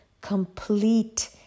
complete